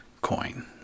coin